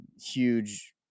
huge